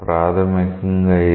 ప్రాథమికంగా ఇది